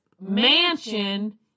mansion